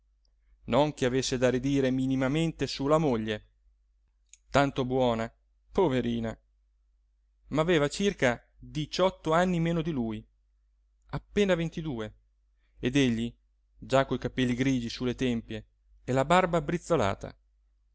non che avesse da ridire minimamente su la moglie tanto buona poverina ma aveva circa diciotto anni meno di lui appena ventidue ed egli già coi capelli grigi su le tempie e la barba brizzolata